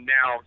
now